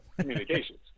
communications